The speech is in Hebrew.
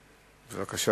בפרט,